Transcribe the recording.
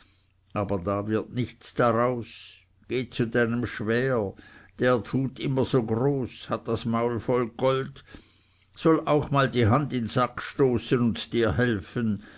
aber da wird nichts daraus gehe zu deinem schwäher der tut immer so groß hat das maul voll gold soll mal auch die hand in sack stoßen und dir helfen